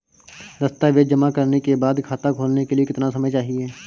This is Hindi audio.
दस्तावेज़ जमा करने के बाद खाता खोलने के लिए कितना समय चाहिए?